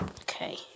Okay